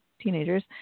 teenagers